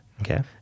Okay